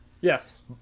Yes